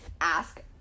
ask